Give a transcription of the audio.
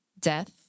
death